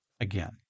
again